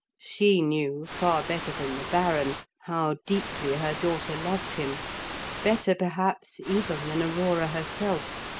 she knew, far better than the baron, how deeply her daughter loved him better, perhaps, even than aurora herself.